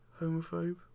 Homophobe